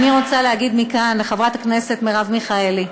אני רוצה להגיד מכאן לחברת הכנסת מרב מיכאלי,